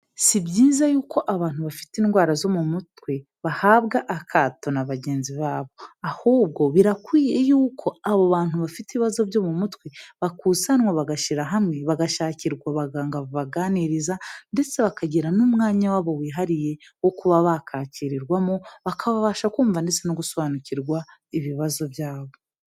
Si byiza y'uko abantu bafite indwara zo mu mutwe bahabwa akato na bagenzi babo, ahubwo birakwiye y'uko abo bantu bafite ibibazo byo mu mutwe bakusanwa bagashi hamwe. Bagashakirwa abaganga babaganiriza, ndetse bakagira n'umwanya wabo wihariye wo kuba ba bakakirirwamo. Bakasha kumva ndetse no gusobanukirwa ibibazo byabo.